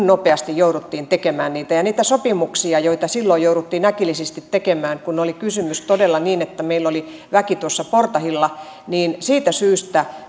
nopeasti jouduttiin tekemään niitä niissä sopimuksissa joita silloin jouduttiin äkillisesti tekemään kun oli kysymys todella niin että meillä oli väki tuossa portahilla siitä syystä